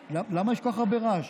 למה יש כל כך הרבה רעש?